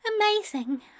Amazing